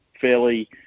fairly